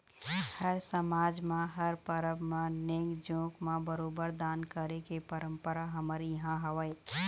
हर समाज म हर परब म नेंग जोंग म बरोबर दान करे के परंपरा हमर इहाँ हवय